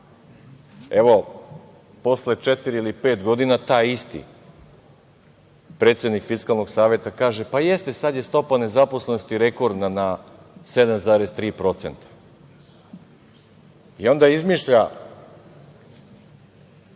Evo, posle četiri ili pet godina taj isti predsednik Fiskalnog saveza kaže – pa, jeste, sad je stopa nezaposlenosti rekordna, na 7,3%.I onda izmišlja